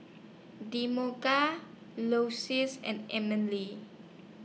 and Emelie